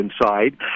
inside